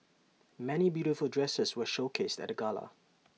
many beautiful dresses were showcased at the gala